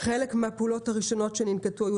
חלק מהפעולות הראשונות שננקטו היו